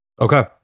okay